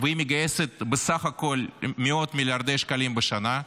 והיא מגייסת בסך הכול מאות מיליארדי שקלים בשנה,